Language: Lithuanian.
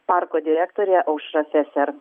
parko direktorė aušra feser